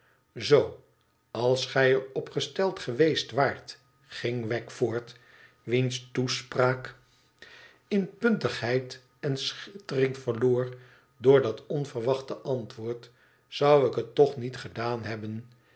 zoo als gij er opgesteld geweest waart gin wegg voort wiens toespraak in puntigheid en schittering verloor door dat onverwachte antwoord zou ik het toch niet gedaan hebben